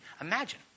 Imagine